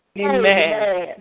amen